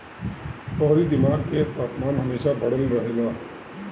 तोहरी दिमाग के तापमान हमेशा बढ़ल रहेला